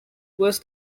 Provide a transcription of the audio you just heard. was